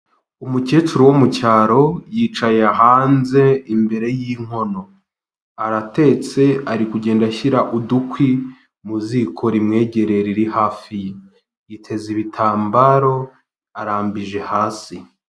Umukecuru wo mu cyaro, yicaye hanze imbere y'inkono, aratetse ari kugenda ashyira udukwi mu ziko rimwegereye riri hafi ye, yiteze ibitambaro, arambije hasi.